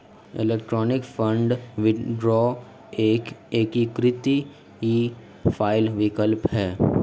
electronic fund withdrawal एक एकीकृत e file विकल्प है